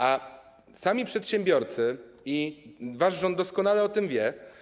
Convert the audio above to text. A sami przedsiębiorcy - i wasz rząd doskonale o tym wie.